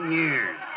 years